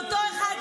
אבל אתם נבהלתם,